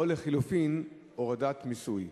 או לחלופין, הורדת מיסוי?